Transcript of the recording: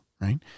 right